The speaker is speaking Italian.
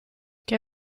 che